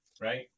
right